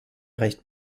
recht